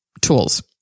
tools